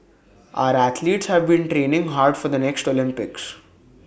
our athletes have been training hard for the next Olympics